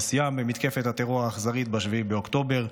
ושיאן במתקפת הטרור האכזרית ב-7 באוקטובר,